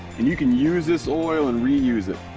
and you can use this oil and reuse it.